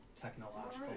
technological